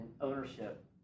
ownership